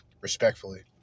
respectfully